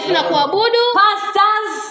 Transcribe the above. Pastors